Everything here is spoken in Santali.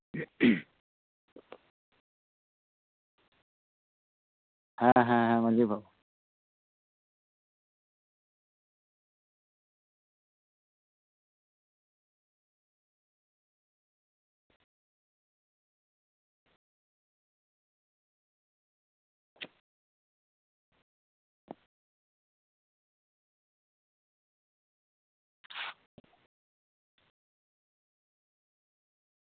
ᱦᱮᱸ ᱦᱮᱸ ᱦᱮᱸ ᱢᱟᱹᱡᱷᱤ ᱵᱟᱵᱟ